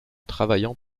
travaillant